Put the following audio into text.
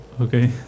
Okay